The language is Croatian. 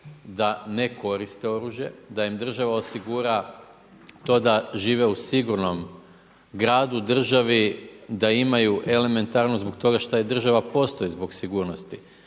da ne koriste oružje, da im država osigura, to da žive u sigurnom gradu, državi, da imaju elementarnu zbog toga što država postoji zbog sigurnosti,